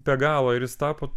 be galo ir jis tapo